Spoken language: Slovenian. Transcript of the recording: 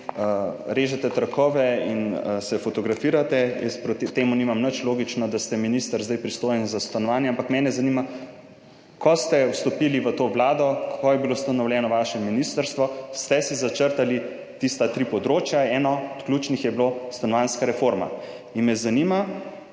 režete trakove in se fotografirate. Jaz proti temu nimam nič, logično, da ste zdaj minister, pristojen za stanovanja. Ampak mene zanima, ko ste vstopili v Vlado, ko je bilo ustanovljeno vaše ministrstvo, ste si začrtali tista tri področja – eno od ključnih je bilo stanovanjska reforma. In me zanima: